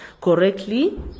correctly